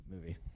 movie